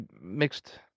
mixed